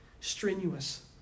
strenuous